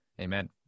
amen